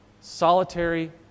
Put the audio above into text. solitary